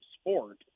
sport